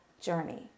journey